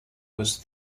was